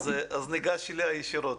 אז ניגש אליה ישירות.